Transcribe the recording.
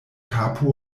kapo